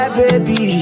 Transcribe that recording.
baby